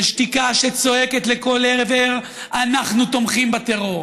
של שתיקה שצועקת לכל עבר: אנחנו תומכים בטרור.